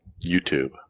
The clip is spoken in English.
YouTube